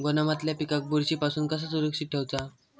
गोदामातल्या पिकाक बुरशी पासून कसा सुरक्षित ठेऊचा?